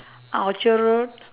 ah orchard-road